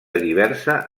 diversa